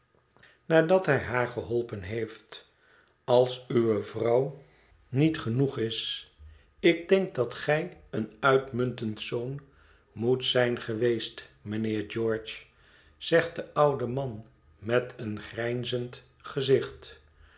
nadat hij haar geholpen heeft als uwe vrouw niet genoeg is ik denk dat gij een uitmuntend zoon moet zijn geweest mijnheer george zegt de oude man met een grijnzend gezicht